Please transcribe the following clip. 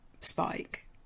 spike